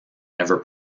never